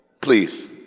Please